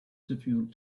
difficult